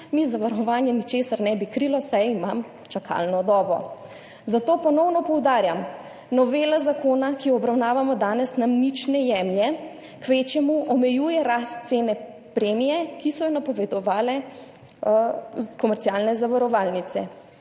mi zavarovanje ničesar ne bi krilo, saj imam čakalno dobo. Zato ponovno poudarjam, novela zakona, ki jo obravnavamo danes, nam nič ne jemlje, kvečjemu omejuje rast cene premije, ki so jo napovedovale komercialne zavarovalnice.